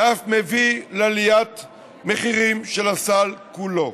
ואף מביא לעליית מחירים של הסל כולו.